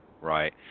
Right